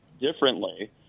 differently